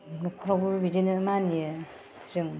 न'खरावबो बिदिनो मानियो जों